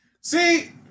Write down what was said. See